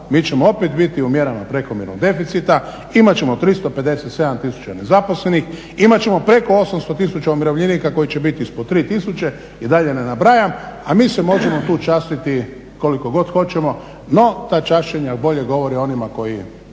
mi ćemo opet biti u mjerama prekomjernog deficita, imat ćemo 357 tisuća nezaposlenih, imat ćemo preko 800 tisuća umirovljenika koji će biti ispod 3000 i da dalje ne nabrajam. A mi se možemo tu častiti koliko god hoćemo, no ta čašćenja bolje govore o onima koji